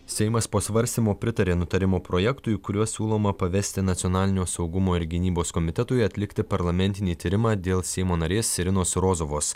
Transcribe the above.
seimas po svarstymo pritarė nutarimo projektui kuriuo siūloma pavesti nacionalinio saugumo ir gynybos komitetui atlikti parlamentinį tyrimą dėl seimo narės irinos rozovos